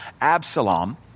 Absalom